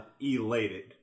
elated